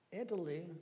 Italy